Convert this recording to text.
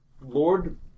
Lord